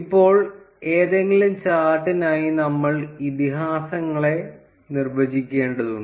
ഇപ്പോൾ ഏതെങ്കിലും ചാർട്ടിനായി നമ്മൾ ഇതിഹാസങ്ങളെ നിർവ്വചിക്കേണ്ടതുണ്ട്